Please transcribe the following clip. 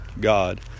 God